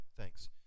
Thanks